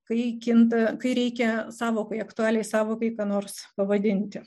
kai kinta kai reikia sąvokai aktualiai sąvokai ką nors pavadinti